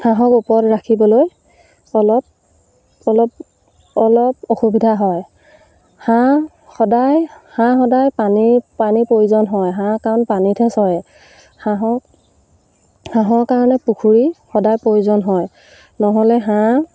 হাঁহক ওপৰত ৰাখিবলৈ অলপ অলপ অলপ অসুবিধা হয় হাঁহ সদায় হাঁহ সদায় পানী পানীৰ প্ৰয়োজন হয় হাঁহ কাৰণ পানীতহে চৰে হাঁহক হাঁহৰ কাৰণে পুখুৰী সদায় প্ৰয়োজন হয় নহ'লে হাঁহ